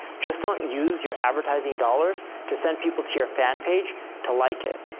just don't use your advertising dollars to send people to your fan page to like it.